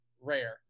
rare